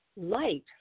light